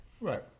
Right